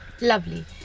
Lovely